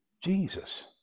Jesus